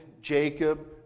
Jacob